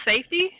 safety